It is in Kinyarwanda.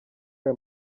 ayo